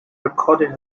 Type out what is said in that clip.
recorded